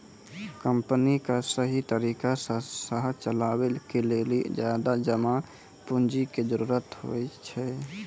company क सहि तरिका सह चलावे के लेलो ज्यादा जमा पुन्जी के जरुरत होइ छै